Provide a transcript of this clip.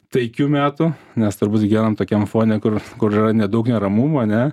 taikių metų nes turbūt gyvenam tokiam fone kur kur yra nedaug neramumo ane